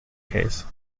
case